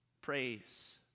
praise